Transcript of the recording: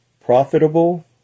profitable